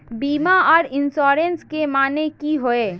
बीमा आर इंश्योरेंस के माने की होय?